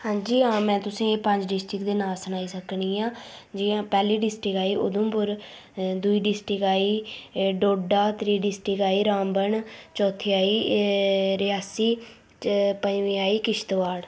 हां जी हां मैं तुसेंगी पंज डिस्ट्रीक्टें दे नांऽ सनाई सकनी आं जि'यां पैह्ली डिस्ट्रिक्ट आई उधमपुर दुई डिस्ट्रिक्ट आई डोडा त्री डिस्ट्रिक्ट रामबन चौथी आई रियासी ते पंजमी आई किश्तवाड़